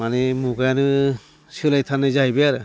माने मुगायानो सोलाय थारनाय जाहैबाय आरो